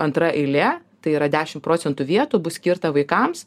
antra eilė tai yra dešim procentų vietų bus skirta vaikams